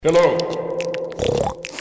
Hello